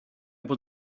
bod